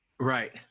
Right